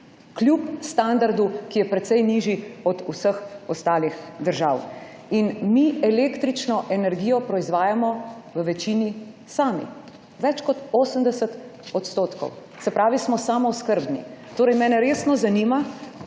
kljub standardu, ki je precej nižji od vseh ostalih držav. Mi električno energijo proizvajamo v večini sami. Več kot 80 %. Se pravi, smo samooskrbni. Mene resno zanima, od